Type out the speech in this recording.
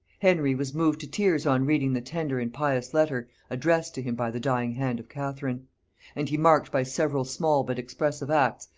henry was moved to tears on reading the tender and pious letter addressed to him by the dying hand of catherine and he marked by several small but expressive acts,